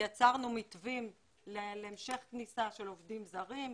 יצרנו מתווים להמשך כניסה של עובדים זרים,